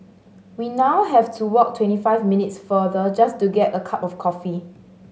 we now have to walk twenty five minutes farther just to get a cup of coffee